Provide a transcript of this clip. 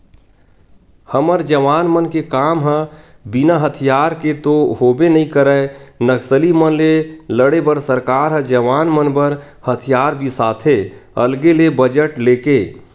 हमर जवान मन के काम ह बिना हथियार के तो होबे नइ करय नक्सली मन ले लड़े बर सरकार ह जवान मन बर हथियार बिसाथे अलगे ले बजट लेके